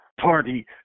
party